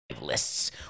Lists